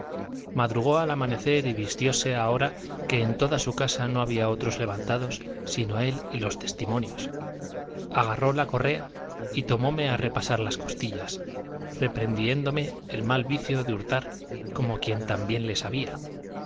madrugó al amanecer y vistióse a hora que en toda su casa no había otros levantados sino él y los testimonios agarró la correa y tornóme a repasar las costillas reprehendiéndome el mal vicio de hurtar como quien tan bien le sabía